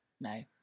No